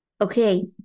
Okay